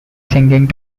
singing